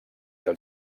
del